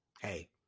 Hey